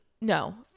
no